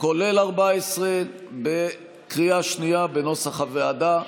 כולל 14, בקריאה שנייה, כנוסח הוועדה.